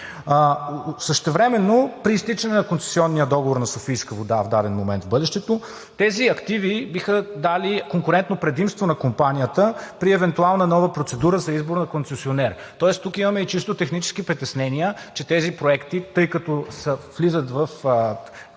Същевременно при изтичане на концесионния договор на „Софийска вода“ в даден момент в бъдещето тези активи биха дали конкурентно предимство на компанията при евентуална нова процедура за избор на концесионер. Тоест тук имаме и чисто технически притеснения, че тези проекти, тъй като влизат в